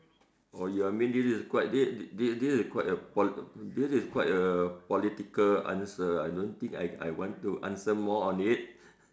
oh you mean this quite this this is a quite a po~ this is a quite a political answer I don't think I I want to answer more on it